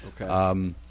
Okay